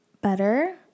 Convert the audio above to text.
better